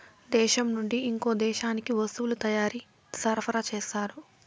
దేశం నుండి ఇంకో దేశానికి వస్తువుల తయారీ సరఫరా చేస్తారు